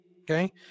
okay